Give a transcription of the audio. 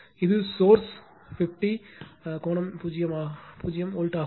இது சோர்ஸ் 50 கோணம் 0 வோல்ட் ஆகும்